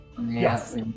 Yes